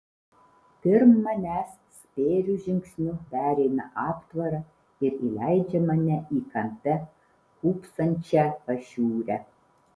pirm manęs spėriu žingsniu pereina aptvarą ir įleidžia mane į kampe kūpsančią pašiūrę